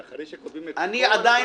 שאחרי שקובעים את --- אני עדיין,